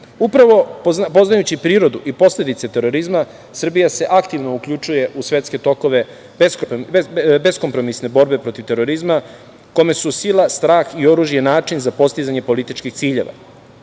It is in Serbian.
zapadu. Upravo poznajući prirodu i posledice terorizma Srbija se aktivno uključuje u svetske tokove beskompromisne borbe protiv terorizma kome su sila, strah i oružje i način za postizanje političkih